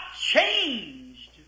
changed